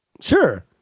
Sure